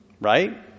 Right